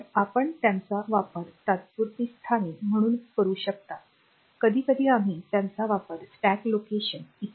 तर आपण त्यांचा वापर तात्पुरती स्थाने म्हणून करू शकता कधीकधी आम्ही त्यांचा वापर स्टॅक लोकेशन इ